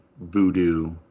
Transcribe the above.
voodoo